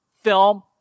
film